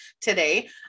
today